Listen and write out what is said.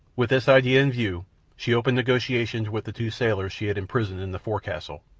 with this idea in view she opened negotiations with the two sailors she had imprisoned in the forecastle,